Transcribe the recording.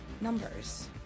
Numbers